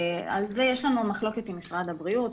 על זה יש לנו מחלוקת עם משרד הבריאות.